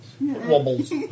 Wobbles